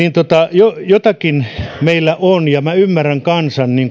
jotakin meillä tässä on ja minä ymmärrän kansan